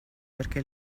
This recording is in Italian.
perché